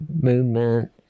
movement